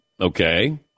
Okay